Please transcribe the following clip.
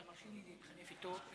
אתה מרשה לי להתחלף איתו?